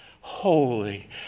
holy